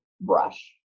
brush